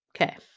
Okay